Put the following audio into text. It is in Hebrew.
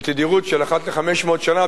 בתדירות של אחת ל-500 שנה,